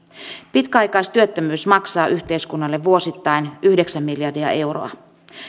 pitkäaikaistyöttömyys maksaa yhteiskunnalle vuosittain yhdeksän miljardia euroa